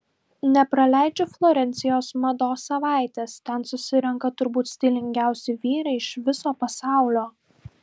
nepraleidžiu florencijos mados savaitės ten susirenka turbūt stilingiausi vyrai iš viso pasaulio